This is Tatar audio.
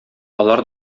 алар